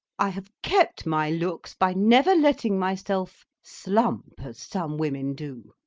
i have kept my looks by never letting myself slump as some women do.